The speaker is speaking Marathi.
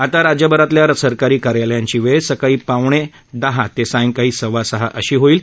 आता राज्यभरातल्या सरकारी कार्यालयांची वेळ सकाळी पावणे दहा ते सायंकाळी सव्वा सहा अशी होईल